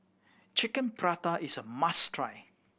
Chicken Pasta is a must try